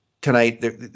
Tonight